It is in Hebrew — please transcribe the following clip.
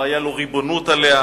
לא היתה לו ריבונות עליה,